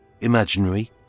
imaginary